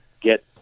get